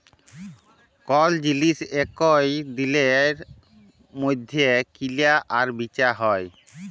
call জিলিস একই দিলের মইধ্যে কিলা আর বিচা হ্যয়